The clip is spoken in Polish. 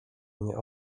nie